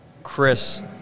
Chris